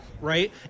right